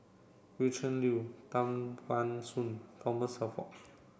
Gretchen Liu Tan Ban Soon Thomas Shelford